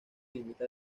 limita